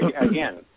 Again